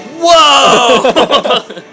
whoa